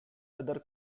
other